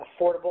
affordable